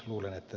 luulin että